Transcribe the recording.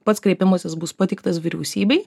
pats kreipimasis bus pateiktas vyriausybei